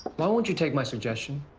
why won't you take my suggestion?